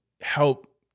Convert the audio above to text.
help